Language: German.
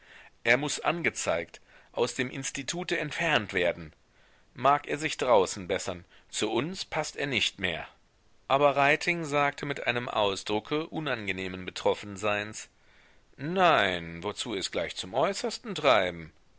er muß angezeigt aus dem institute entfernt werden mag er sich draußen bessern zu uns paßt er nicht mehr aber reiting sagte mit einem ausdrucke unangenehmen betroffenseins nein wozu es gleich zum äußersten treiben